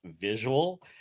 visual